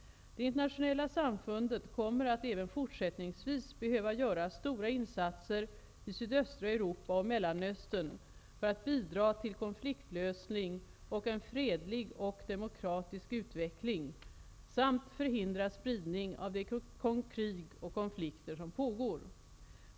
Det internationella samfundet kommer även fortsättningsvis att behöva göra stora insatser i sydöstra Europa och Mellanöstern för att bidra till konfliktlösning och en fredlig och demokratisk utveckling, samt förhindra spridning av de krig och konflikter som pågår.